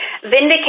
vindicate